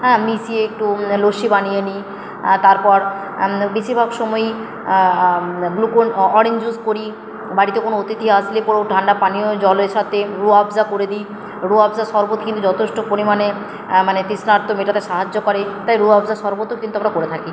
হ্যাঁ মিশিয়ে একটু লস্যি বানিয়ে নিই তারপর বেশিরভাগ সময়ই অরেঞ্জ জুস করি বাড়িতে কোনো অতিথি আসলে পরেও ঠান্ডা পানীয় জলের সাথে রুহ আফজা করে দিই রুহ আফজা শরবত কিন্তু যথেষ্ট পরিমাণে মানে তৃষ্ণার্ত মেটাতে সাহায্য করে তাই রুহ আফজা শরবতও কিন্তু আমরা করে থাকি